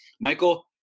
Michael